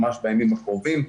ממש בימים הקרובים,